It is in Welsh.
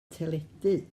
teledu